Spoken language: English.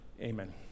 Amen